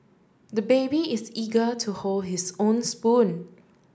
the baby is eager to hold his own spoon